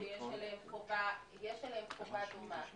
יש עליהם חובה דומה.